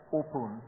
open